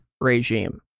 regime